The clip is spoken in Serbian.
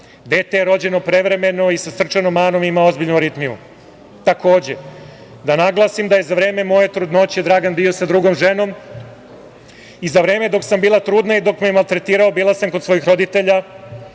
dete je rođeno prevremeno i sa srčanom manom, imao ozbiljnu aritmiju. Takođe, da naglasim da je za vreme moje trudnoće Dragan Đilas bio sa drugom ženom i za vreme dok sam bila trudna i dok me je maltretirao bila sam kod svojih roditelja